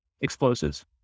explosives